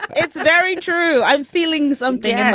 it's very true. i'm feeling something.